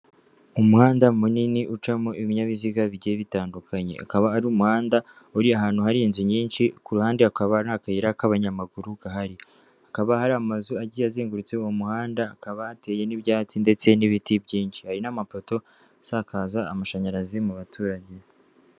Umuhanda munini ucamo ibinyabiziga bigiye bitandukanye, ukaba ari umuhanda uri ahantu hari inzu nyinshi, ku ruhande hakaba hari akayira k'abanyamaguru gahari, hakaba hari amazu agiye azengurutse uwo muhanda, hakaba ateye n'ibyatsi ndetse n'ibiti byinshi hari n'amapoto asakaza amashanyarazi mu baturage.